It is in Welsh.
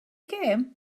gêm